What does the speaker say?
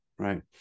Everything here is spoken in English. Right